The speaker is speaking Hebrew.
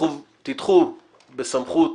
תדחו בסמכות